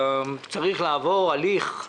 צריך לעבור הליך,